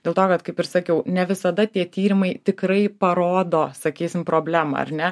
dėl to kad kaip ir sakiau ne visada tie tyrimai tikrai parodo sakysim problemą ar ne